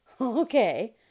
okay